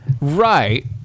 Right